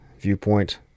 viewpoint